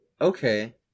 Okay